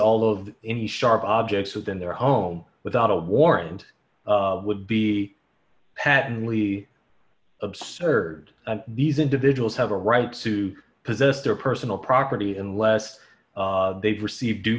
all of any sharp objects within their home without a warrant and would be patently absurd these individuals have a right to possess their personal property unless they've received